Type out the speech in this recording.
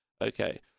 Okay